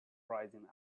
rising